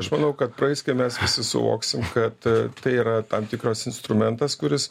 aš manau kad praeis kai mes visi suvoksim kad tai yra tam tikras instrumentas kuris